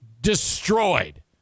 destroyed